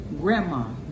grandma